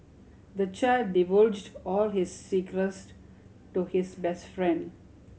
the child divulged all his secrets to his best friend